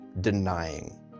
denying